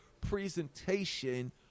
presentation